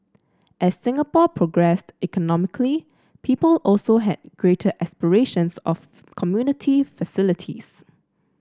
as Singapore progressed economically people also had greater aspirations of community facilities